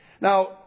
Now